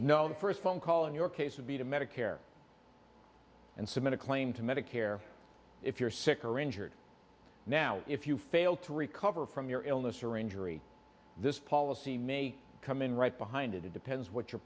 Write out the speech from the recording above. no the first phone call in your case would be to medicare and submit a claim to medicare if you're sick or injured now if you fail to recover from your illness or injury this policy me come in right behind it it depends what your